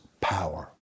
power